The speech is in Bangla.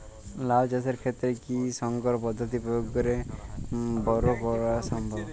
লাও চাষের ক্ষেত্রে কি সংকর পদ্ধতি প্রয়োগ করে বরো করা সম্ভব?